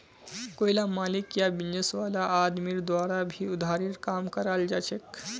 कोईला मालिक या बिजनेस वाला आदमीर द्वारा भी उधारीर काम कराल जाछेक